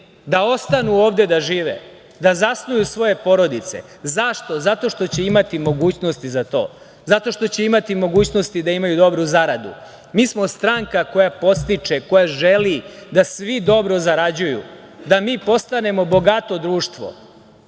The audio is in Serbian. da ostanu ovde da žive, da zasnuju svoje porodice. Zašto? Zato što će imati mogućnosti za to. Zato što će imati mogućnosti da imaju dobru zaradu. Mi smo stranka koja podstiče, koja želi da svi dobro zarađuju, da mi postanemo bogato društvo.